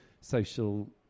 social